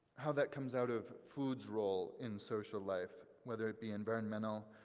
how that comes out of food's role in social life, whether it be environmental,